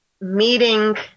meeting